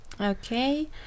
Okay